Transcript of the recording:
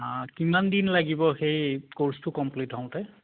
অঁ কিমানদিন লাগিব সেই কোৰ্চটো কমপ্লিট হওঁতে